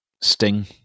sting